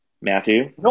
matthew